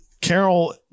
Carol